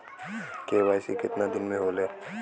KYC कितना दिन में होले?